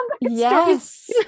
Yes